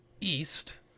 east